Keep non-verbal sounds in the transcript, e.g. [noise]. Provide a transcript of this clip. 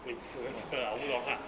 位子出来 [laughs] 无懂 [laughs]